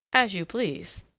as you please.